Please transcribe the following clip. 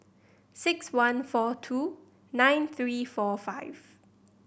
six one four two nine three four five